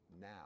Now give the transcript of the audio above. now